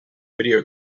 video